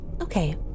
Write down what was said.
Okay